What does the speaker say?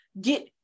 get